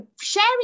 sharing